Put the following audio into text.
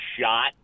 shot